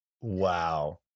Wow